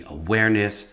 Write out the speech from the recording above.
awareness